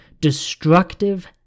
destructive